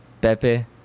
pepe